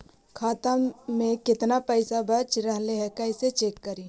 खाता में केतना पैसा बच रहले हे कैसे चेक करी?